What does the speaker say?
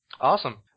Awesome